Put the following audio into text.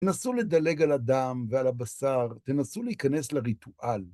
תנסו לדלג על הדם ועל הבשר, תנסו להיכנס לריטואל.